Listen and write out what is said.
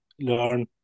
learn